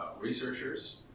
researchers